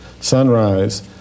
Sunrise